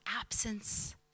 absence